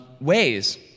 ways